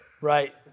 right